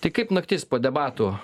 tai kaip naktis po debatų